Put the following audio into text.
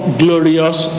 glorious